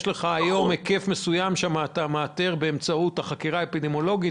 היום יש היקף מסוים שאתה מאתר באמצעות החקירה האפידמיולוגית,